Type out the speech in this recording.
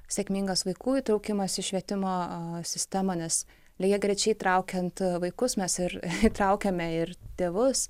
sėkmingas vaikų įtraukimas į švietimo sistemą nes lygiagrečiai įtraukiant vaikus mes ir įtraukiame ir tėvus